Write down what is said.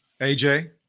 AJ